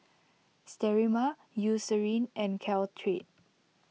Sterimar Eucerin and Caltrate